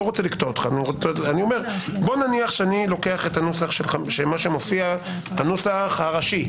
נניח שאני לוקח את הנוסח הראשי,